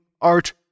art